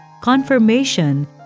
Confirmation